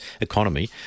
economy